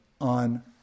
on